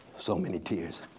so many tears,